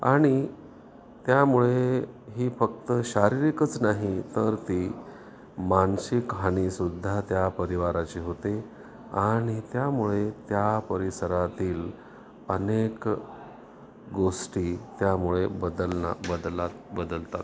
आणि त्यामुळे ही फक्त शारीरिकच नाही तर ती मानसिक हानीसुद्धा त्या परिवाराची होते आणि त्यामुळे त्या परिसरातील अनेक गोष्टी त्यामुळे बदलना बदलात बदलतात